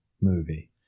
movie